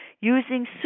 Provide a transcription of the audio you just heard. using